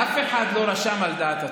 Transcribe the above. אף אחד לא רשם על דעת עצמו.